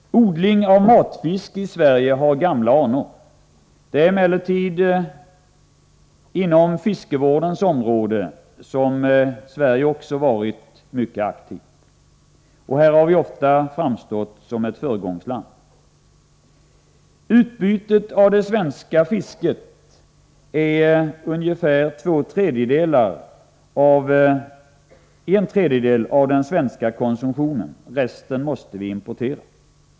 Odling av matfisk i Sverige har gamla anor. Det är emellertid inom fiskevårdens område som Sverige varit mycket aktivt. Här har Sverige ofta framstått som ett föregångsland. Utbytet av det svenska fisket är ungefär en tredjedel av den svenska konsumtionen. Resten måste vi importera.